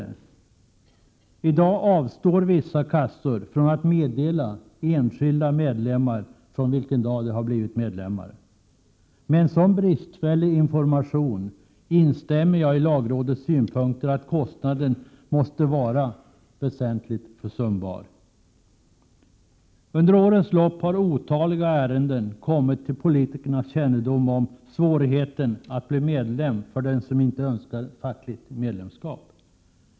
I dag avstår vissa kassor från att meddela enskilda medlemmar från vilken dag de har blivit medlemmar. Med en så bristfällig information instämmer jag i lagrådets synpunkter att kostnaden måste vara väsentligt försumbar. Under årens lopp har otaliga ärenden kommit till politikernas kännedom om svårigheten att bli medlem för den som inte önskar fackligt medlemskap.